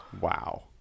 wow